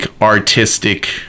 artistic